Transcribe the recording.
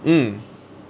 mm